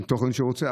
עם תוכנית שהוא רוצה,